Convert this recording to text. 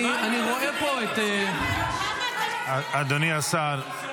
אני רואה פה את ------ אדוני השר,